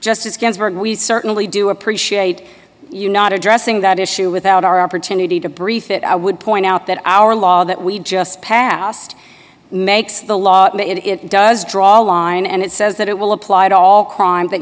justice ginsburg we certainly do appreciate you not addressing that issue without our opportunity to brief it i would point out that our law that we just passed makes the law it does draw a line and it says that it will apply to all crimes that